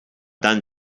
done